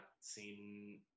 seen